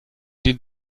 die